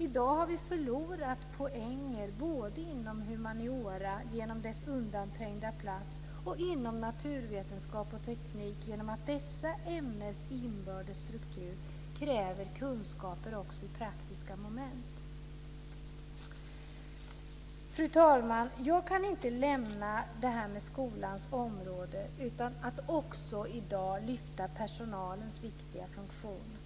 I dag har vi förlorat poänger både inom humaniora, genom dess undanträngda plats, och inom naturvetenskap och teknik genom att dessa ämnens struktur kräver kunskaper också i praktiska moment. Fru talman! Jag kan inte lämna skolans område utan att också i dag lyfta fram personalens viktiga funktion.